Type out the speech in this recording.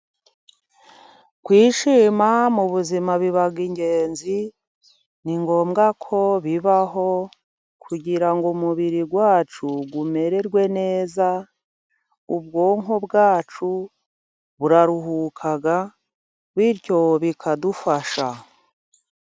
Kwishima mu buzima biba ingenzi, ni ngombwa ko bibaho kugira ngo umubiri wacu umererwe neza, ubwonko bwacu buraruhuka, bityo bikadufasha.